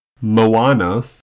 Moana